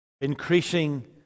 increasing